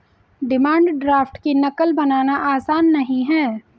demand draft की नक़ल बनाना आसान नहीं है